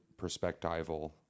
perspectival